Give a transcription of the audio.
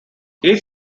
each